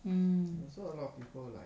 mm